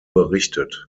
berichtet